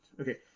okay